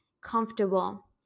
comfortable